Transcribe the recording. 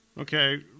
Okay